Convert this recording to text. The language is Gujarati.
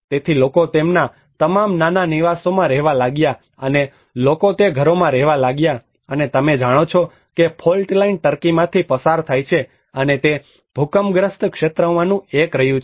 તેથી લોકો તેમના તમામ નાના નિવાસોમાં રહેવા લાગ્યા અને લોકો તે ઘરોમાં રહેવા લાગ્યા અને તમે જાણો છો કે ફોલ્ટ લાઇન ટર્કીમાંથી પસાર થાય છે અને તે ભૂકંપગ્રસ્ત ક્ષેત્રમાંનું એક રહ્યું છે